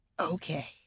Okay